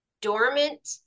dormant